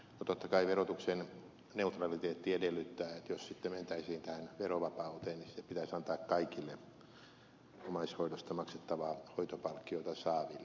totta kai verotuksen neutraliteetti edellyttää että jos sitten mentäisiin tähän verovapauteen niin se pitäisi antaa kaikille omaishoidosta maksettavaa hoitopalkkiota saaville